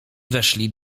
weszli